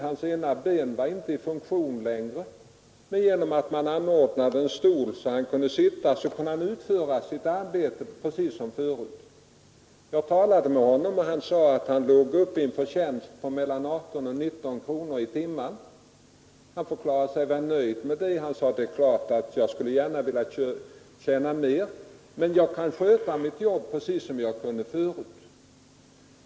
Hans ena ben var inte i funktion längre, men man hade ordnat en stol så att han kunde sitta, och då kunde han arbeta precis som förut. Jag talade med honom och han sade att han låg uppe i en förtjänst på 18—19 kronor i timmen och förklarade sig nöjd med det. Han sade: Det är klart jag gärna skulle vilja tjäna mer, men jag kan sköta mitt arbete precis som jag kunde förut.